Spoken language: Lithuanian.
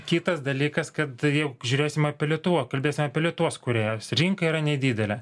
kitas dalykas kad jeigu žiūrėsim apie lietuva kalbėsim apie lietuvos kūrėjus rinka yra nedidelė